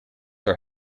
are